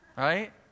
Right